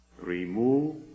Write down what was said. Remove